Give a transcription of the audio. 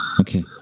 Okay